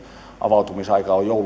avautumisaika on